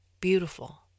beautiful